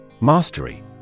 Mastery